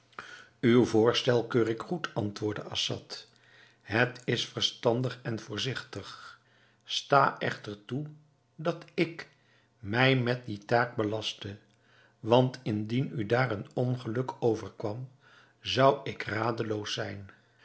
uw voorstel keur ik goed antwoordde assad het is verstandig en voorzigtig sta echter toe dat ik mij met die taak belaste want indien u daar een ongeluk overkwam zou ik radeloos zijn